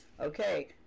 Okay